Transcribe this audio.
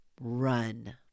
run